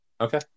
Okay